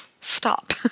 stop